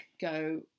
go